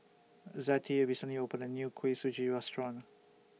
Zettie recently opened A New Kuih Suji Restaurant